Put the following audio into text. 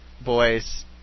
boys